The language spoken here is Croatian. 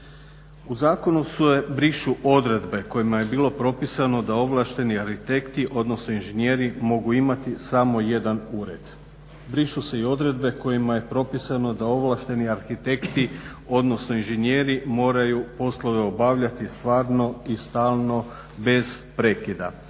U zakonu se brišu odredbe kojima je bilo propisano da ovlašteni arhitekti, odnosno inženjeri mogu imati samo jedan ured. Brišu se i odredbe kojima je propisano da ovlašteni arhitekti, odnosno inženjeri moraju poslove obavljati stvarno i stalno bez prekida